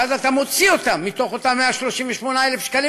ואז אתה מוציא אותם מתוך אותם 138,000 שקלים,